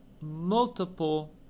multiple